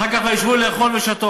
אחר כך: וישבו לאכול ושתֹה,